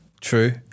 True